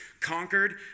conquered